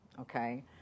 okay